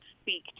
speak